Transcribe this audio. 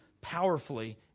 powerfully